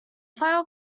file